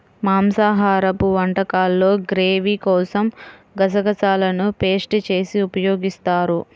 మాంసాహరపు వంటకాల్లో గ్రేవీ కోసం గసగసాలను పేస్ట్ చేసి ఉపయోగిస్తారు